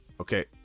Okay